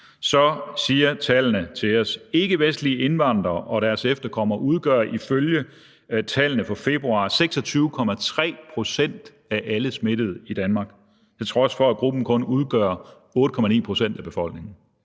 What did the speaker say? så viser de, at ikkevestlige indvandrere og deres efterkommere for februar udgør 26,3 pct. af alle smittede i Danmark, til trods for at gruppen kun udgør 8,9 pct. af befolkningen.